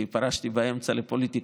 כי פרשתי באמצע לפוליטיקה,